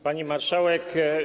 Pani Marszałek!